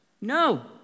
No